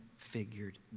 figured